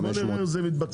בוא נראה איך זה מתבצע.